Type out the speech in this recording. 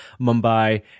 Mumbai